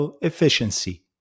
efficiency